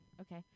Okay